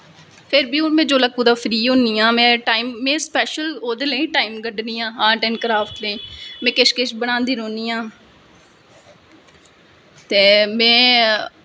फिर में जिसलै हून कुदै फ्री होन्नी आं में स्पैशल ओह्दे लेई टाईम कड्ढनी आं आर्ट ऐंड़ क्राफ्ट लेई में किश किश बनांदी रौह्न्नी आं ते में